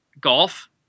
golf